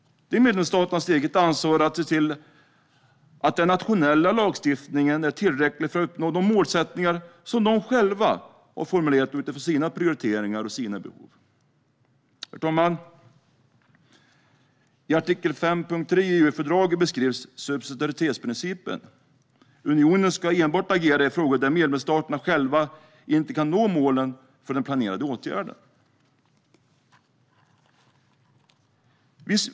Det är medlemsstaternas eget ansvar att se till att den nationella lagstiftningen är tillräcklig för att uppnå de målsättningar som de själva formulerat utifrån sina prioriteringar och behov. Herr talman! I artikel 5.3 i EU-fördraget beskrivs subsidiaritetsprincipen. Unionen ska enbart agera i frågor där medlemsstaterna inte själva kan nå målen för den planerade åtgärden.